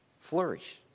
Flourish